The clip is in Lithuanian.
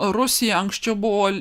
rusija anksčiau buvo